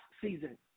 season